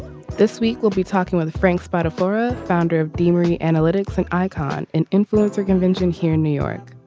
this week we'll be talking with frank spider for ah founder of demetri analytics an icon an influencer convention here in new york.